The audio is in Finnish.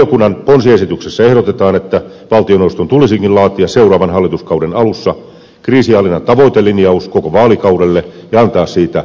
valiokunnan ponsiesityksessä ehdotetaan että valtioneuvoston tulisikin laatia seuraavan hallituskauden alussa kriisinhallinnan tavoitelinjaus koko vaalikaudelle ja antaa siitä tieto eduskunnalle